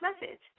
message